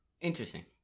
interesting